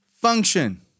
function